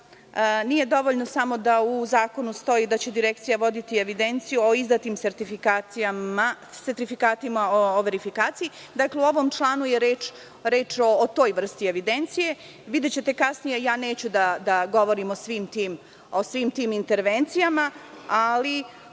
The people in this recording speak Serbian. nije dovoljno da u zakonu stoji da će Direkcija voditi evidenciju o izdatim sertifikatima o verifikaciji.U ovom članu je reč o toj vrsti evidencije. Videćete kasnije, neću da govorim o svim intervencije, ali